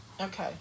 Okay